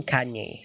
Kanye